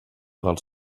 dels